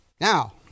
now